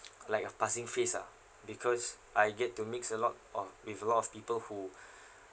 like a passing phase ah because I get to mix a lot of with a lot of people who